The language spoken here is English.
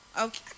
okay